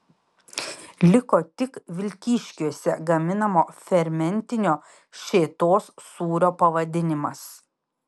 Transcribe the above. liko tik vilkyškiuose gaminamo fermentinio šėtos sūrio pavadinimas